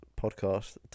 podcast